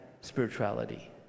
spirituality